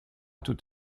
tout